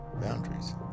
boundaries